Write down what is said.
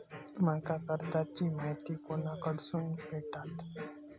माका कर्जाची माहिती कोणाकडसून भेटात?